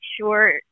sure